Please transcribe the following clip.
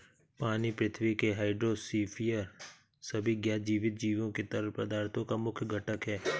पानी पृथ्वी के हाइड्रोस्फीयर और सभी ज्ञात जीवित जीवों के तरल पदार्थों का मुख्य घटक है